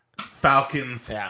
Falcons